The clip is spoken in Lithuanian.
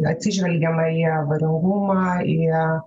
atsižvelgiama į avaringumą į